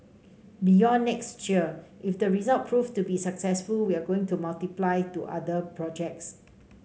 beyond next year if the result proved to be successful we are going to multiply to other projects